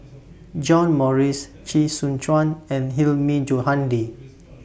John Morrice Chee Soon Juan and Hilmi Johandi